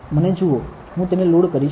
મને જુઓ હું તેને લોડ કરીશ